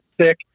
sick